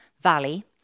Valley